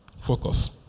Focus